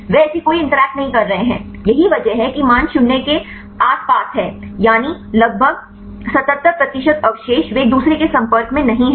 वे ऐसी कोई इंटरैक्ट नहीं कर रहे हैं यही वजह है कि मान 0 के आसपास हैं यानी लगभग 77 प्रतिशत अवशेष वे एक दूसरे के संपर्क में नहीं हैं